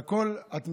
על כל התמיכה,